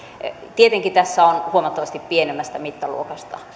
tietenkin tässä on huomattavasti pienemmästä mitta luokasta